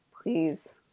please